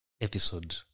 episode